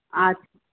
আচ্ছা